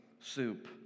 soup